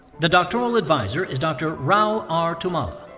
the doctoral advisor is dr. rao r. tummala.